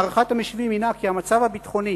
הערכת המשיבים הינה כי המצב הביטחוני